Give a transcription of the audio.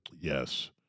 Yes